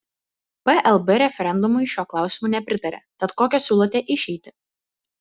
plb referendumui šiuo klausimu nepritarė tad kokią siūlote išeitį